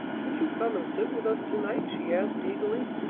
would you come and sit with us to-night? she asked eagerly.